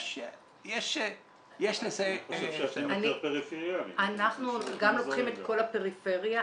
אנחנו גם לוקחים את כל הפריפריה.